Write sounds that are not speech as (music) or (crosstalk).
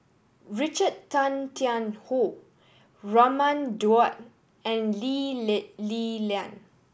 Richard Tay Tian Hoe Raman Daud and Lee (unintelligible) Li Lian